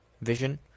vision